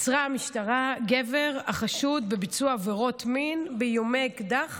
עצרה המשטרה גבר החשוד בביצוע עבירות מין באיומי אקדח